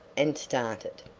and started.